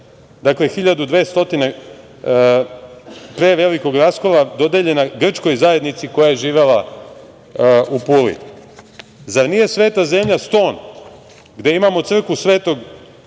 dakle 1200. godine pre velikog raskola dodeljena grčkoj zajednici koja je živela u Puli. Zar nije sveta zemlja Ston. gde imamo crkvu Sv.